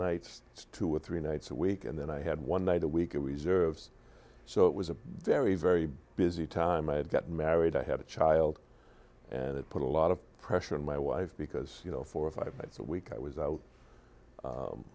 nights two or three nights a week and then i had one night a week of reserves so it was a very very busy time i had gotten married i had a child and it put a lot of pressure on my wife because you know four or five nights a week i was out